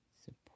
support